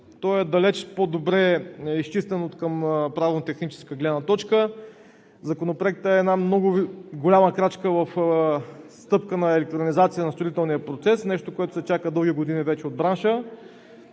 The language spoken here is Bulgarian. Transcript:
Той е далеч по-добре изчистен откъм правно-техническа гледна точка. Законопроектът е една много голяма крачка в стъпка на електронизация на строителния процес – нещо, което се чака дълги години вече от бранша,